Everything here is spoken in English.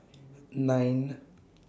nine